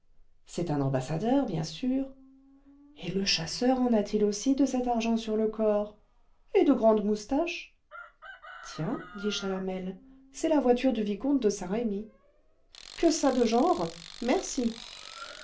c'est un ambassadeur bien sûr et le chasseur en a-t-il aussi de cet argent sur le corps et de grandes moustaches tiens dit chalamel c'est la voiture du vicomte de saint-remy que ça de genre merci